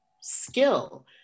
skill